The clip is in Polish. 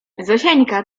zosieńka